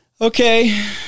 Okay